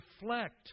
reflect